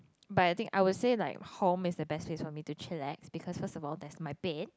but I think I would say like home is the best place for me to chillax because first of all there's my bed